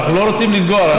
אנחנו לא רוצים לסגור.